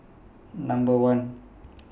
Number one